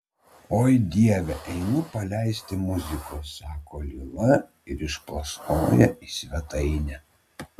oi dieve einu paleisti muzikos sako lila ir išplasnoja į svetainę